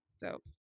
Dope